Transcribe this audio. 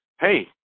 hey